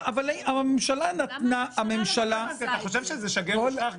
--- הממשלה --- הממשלה נתנה --- אתה חושב שזה שגר ושכח?